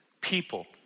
people